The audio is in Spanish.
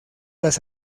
las